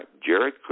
Jared